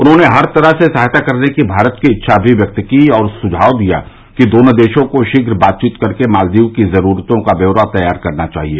उन्होंने हर तरह से सहायता करने की भारत की इच्छा भी व्यक्त की और सुझाव दिया कि दोनों देशों को शीघ्र बातवीत करके मालदीव की जरूरतों का ब्यौरा तैयार करना चाहिए